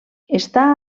està